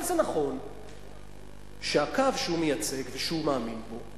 אבל זה נכון שהקו שהוא מייצג ושהוא מאמין בו,